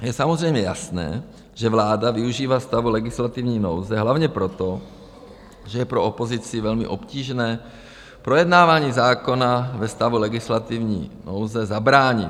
Je samozřejmě jasné, že vláda využívá stavu legislativní nouze hlavně proto, že je pro opozici velmi obtížné projednávání zákona ve stavu legislativní nouze zabránit.